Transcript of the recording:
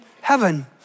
heaven